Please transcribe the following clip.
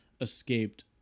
escaped